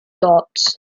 dots